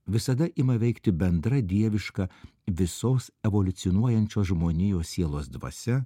visada ima veikti bendra dieviška visos evoliucionuojančios žmonijos sielos dvasia